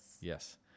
Yes